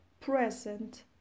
Present